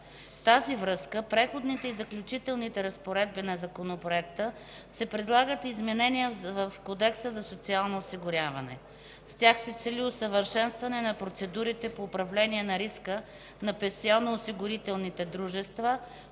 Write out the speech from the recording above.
тази връзка с Преходните и заключителните разпоредби на законопроекта се предлагат изменения в Кодекса за социално осигуряване. С тях се цели усъвършенстване на процедурите по управление на риска на пенсионноосигурителните дружества,